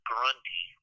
Grundy